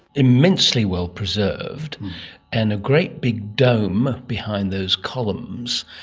immensely well preserved and a great big dome behind those columns,